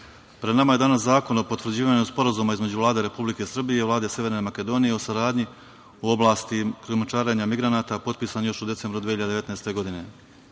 pred nama je danas zakon o potvrđivanju Sporazuma između Vlade Republike Srbije i Vlade Severne Makedonije o saradnji u oblasti krijumčarenja migranata potpisan još u decembru 2019.